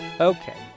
Okay